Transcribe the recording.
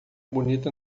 bonita